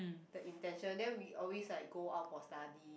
the intention then we always like go out for study